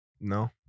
No